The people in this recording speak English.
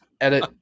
edit